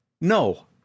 No